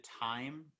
time